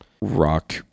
rock